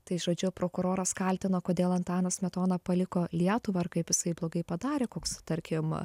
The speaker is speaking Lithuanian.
tai žodžiu prokuroras kaltino kodėl antanas smetona paliko lietuvą ir kaip jisai blogai padarė koks tarkim